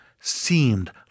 seemed